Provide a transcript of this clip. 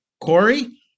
Corey